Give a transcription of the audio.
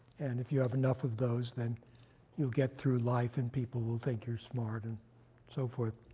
and if you have enough of those, then you'll get through life and people will think you're smart and so forth.